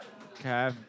Okay